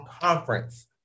Conference